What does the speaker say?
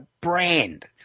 brand